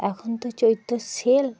এখন তো চৈত্র সেল